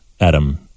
Adam